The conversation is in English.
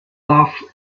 love